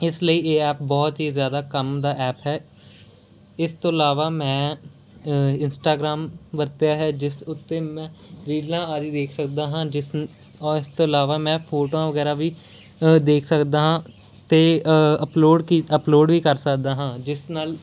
ਇਸ ਲਈ ਇਹ ਐਪ ਬਹੁਤ ਹੀ ਜ਼ਿਆਦਾ ਕੰਮ ਦਾ ਐਪ ਹੈ ਇਸ ਤੋਂ ਇਲਾਵਾ ਮੈਂ ਇੰਸਟਾਗ੍ਰਾਮ ਵਰਤਿਆ ਹੈ ਜਿਸ ਉੱਤੇ ਮੈਂ ਰੀਲਾਂ ਆਦਿ ਦੇਖ ਸਕਦਾ ਹਾਂ ਜਿਸ ਔਰ ਇਸ ਤੋਂ ਇਲਾਵਾ ਮੈਂ ਫੋਟੋਆਂ ਵਗੈਰਾ ਵੀ ਦੇਖ ਸਕਦਾ ਹਾਂ ਅਤੇ ਅਪਲੋਡ ਕੀ ਅਪਲੋਡ ਵੀ ਕਰ ਸਕਦਾ ਹਾਂ ਜਿਸ ਨਾਲ